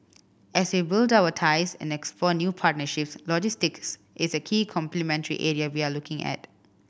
as we build our ties and explore new partnerships logistics is a key complementary area we are looking at